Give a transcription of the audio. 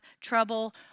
trouble